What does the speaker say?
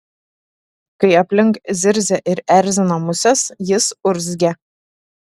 kai aplink zirzia ir erzina musės jis urzgia